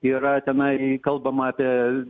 yra tenai kalbama apie